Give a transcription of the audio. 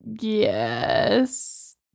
Yes